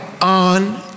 on